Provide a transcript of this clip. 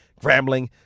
Grambling